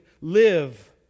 live